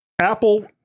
Apple